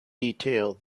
detail